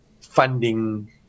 funding